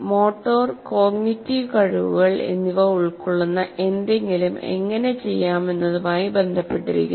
motor cognitive കഴിവുകൾ എന്നിവ ഉൾക്കൊള്ളുന്ന എന്തെങ്കിലും എങ്ങനെ ചെയ്യാമെന്നതുമായി ബന്ധപ്പെട്ടിരിക്കുന്നു